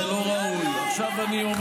אלה שהעברתם שבעה מדורי גיהינום,